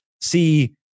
see